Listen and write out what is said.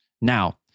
Now